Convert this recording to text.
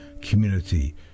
community